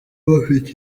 bafite